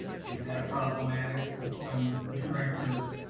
is that problematic with when the director?